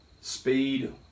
speed